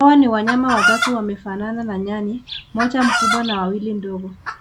Hawa ni wanyama watatu wamefanana na nyani, mmoja mkubwa na wawili ndogo.